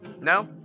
No